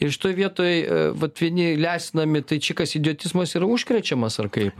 ir šitoj vietoj vat vieni lesinami tai čia kas idiotizmas yra užkrečiamas ar kaip